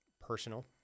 personal